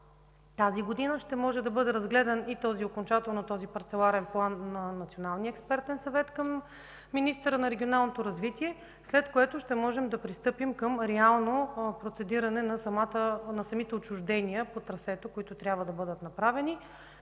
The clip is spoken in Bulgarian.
тази година ще може да бъде разгледан окончателно този парцеларен план на Националния експертен съвет към министъра на регионалното развитие, след което ще можем да пристъпим към реално процедиране на самите отчуждения по трасето, които трябва да бъдат направени.